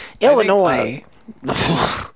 Illinois